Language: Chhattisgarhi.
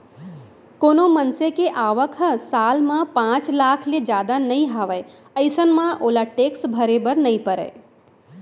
कोनो मनसे के आवक ह साल म पांच लाख ले जादा नइ हावय अइसन म ओला टेक्स भरे बर नइ परय